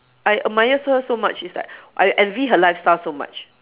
I admire her so much is like I envy her lifestyle so much